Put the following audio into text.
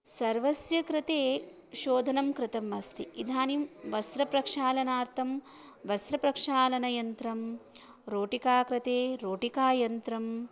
सर्वस्य कृते शोधनं कृतम् अस्ति इदानीं वस्त्रप्रक्षालनार्तं वस्त्रप्रक्षालनयन्त्रं रोटिका कृते रोटिकायन्त्रं